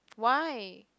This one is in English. why